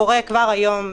קורה כבר היום.